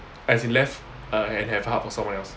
as in left err and have heart for someone else